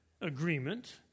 agreement